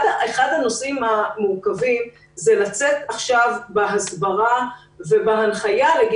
אחד הנושאים המורכבים הוא לצאת עכשיו בהסברה ובהנחיה לאנשים